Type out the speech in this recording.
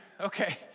okay